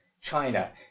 China